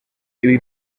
ibi